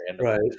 Right